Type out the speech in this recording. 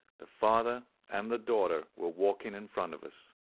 the father and the daughter were walking in front of us.